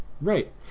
Right